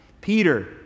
Peter